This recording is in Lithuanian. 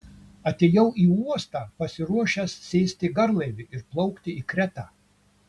atėjau į uostą pasiruošęs sėsti į garlaivį ir plaukti į kretą